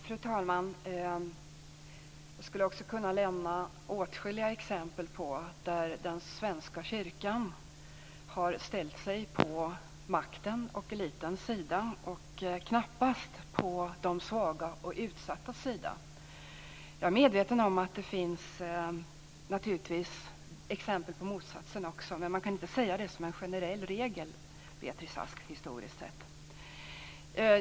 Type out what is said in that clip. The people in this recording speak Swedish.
Fru talman! Jag skulle kunna ge åtskilliga exempel där den svenska kyrkan har ställt sig på maktens och elitens sida och knappast på de svagas och utsattas sida. Jag är naturligtvis medveten om att det också finns exempel på motsatsen. Men man kan inte säga att det är en generell regel, Beatrice Ask, historiskt sett.